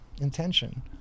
intention